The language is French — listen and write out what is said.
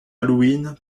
halloween